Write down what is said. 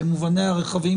במובניה הרחבים